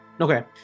Okay